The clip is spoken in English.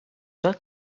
that